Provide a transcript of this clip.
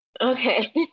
Okay